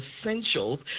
essentials